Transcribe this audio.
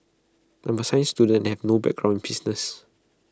I'm A science student no background business